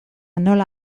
nola